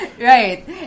right